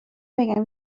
بگم